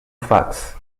fax